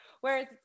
Whereas